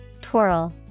Twirl